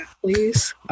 please